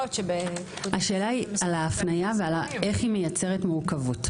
השאלה היא על ההפניה ואיך היא מייצרת מורכבות.